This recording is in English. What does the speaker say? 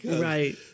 Right